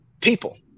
people